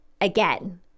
again